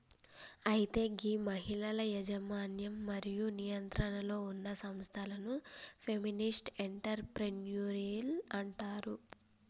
అయితే గీ మహిళల యజమన్యం మరియు నియంత్రణలో ఉన్న సంస్థలను ఫెమినిస్ట్ ఎంటర్ప్రెన్యూరిల్ అంటారు